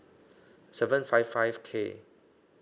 seven five five K